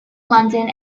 london